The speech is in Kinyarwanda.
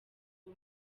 ubu